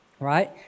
right